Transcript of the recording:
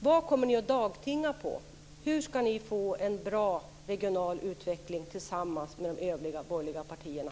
Vad kommer ni att dagtinga på? Hur ska ni få en bra regional utveckling tillsammans med de övriga borgerliga partierna?